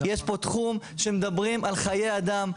יש פה תחום שמדברים על חיי אדם,